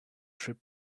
trip